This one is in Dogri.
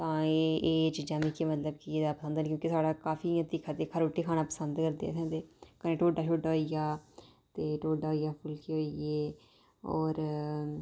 तां एह् चीजां मिगी मतलब केह् क्योंकि साढ़ै काफी तिक्खा तिक्खा रुट्टी खाना पसंद करदे कन्नै ढोड्डा शोड्डा होई गेआ ते ढोड्डा होई गेआ फुलके होई गे होर